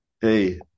hey